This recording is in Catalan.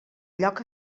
lloc